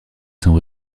son